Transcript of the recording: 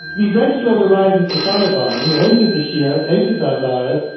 we then saw the rise of the taliban, who hated the shias, hated the hazaras,